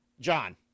John